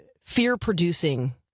fear-producing